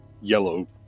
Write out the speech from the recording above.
yellow